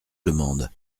demande